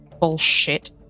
bullshit